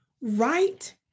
right